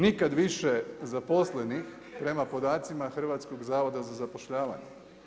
Nikada više zaposlenih prema podacima Hrvatskog zavoda za zapošljavanje.